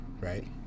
right